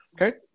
okay